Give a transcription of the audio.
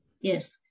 yes